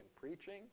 preaching